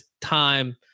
time